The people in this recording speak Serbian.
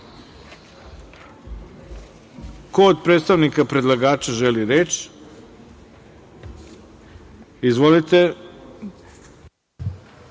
od predstavnika predlagača želi reč? Izvolite,